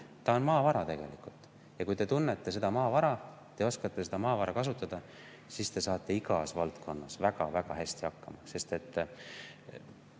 Ta on maavara tegelikult. Ja kui te tunnete seda maavara ja oskate seda maavara kasutada, siis te saate igas valdkonnas väga-väga hästi hakkama.